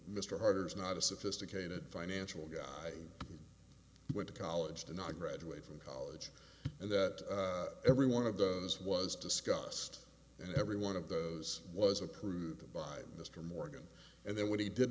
mr herder is not a sophisticated financial guy who went to college did not graduate from college and that every one of those was discussed and every one of those was approved by mr morgan and then when he did